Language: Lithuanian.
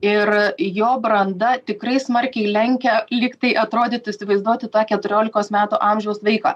ir jo branda tikrai smarkiai lenkia lyg tai atrodytų įsivaizduoti tą keturiolikos metų amžiaus vaiką